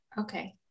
Okay